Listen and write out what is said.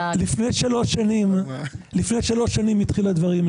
לפני שלוש שנים התחילו הדברים.